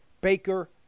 Baker